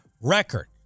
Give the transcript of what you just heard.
record